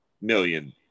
million